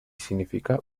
significa